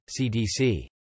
CDC